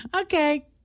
Okay